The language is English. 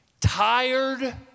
tired